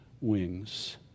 wings